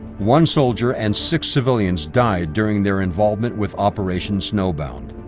one soldier and six civilians died during their involvement with operation snowbound.